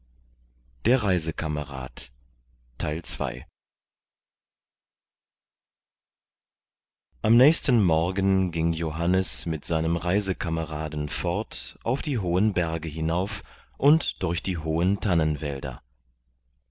am nächsten morgen ging johannes mit seinem reisekameraden fort auf die hohen berge hinauf und durch die hohen